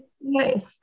nice